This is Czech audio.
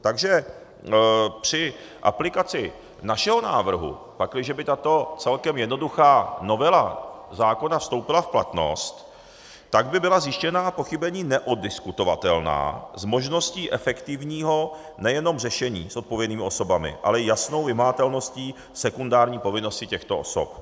Takže při aplikaci našeho návrhu, pakliže by tato celkem jednoduchá novela zákona vstoupila v platnost, tak by byla zjištěná pochybení neoddiskutovatelná s možností efektivního nejenom řešení s odpovědnými osobami, ale i jasnou vymahatelností sekundární povinnosti těchto osob.